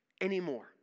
anymore